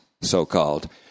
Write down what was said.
so-called